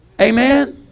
Amen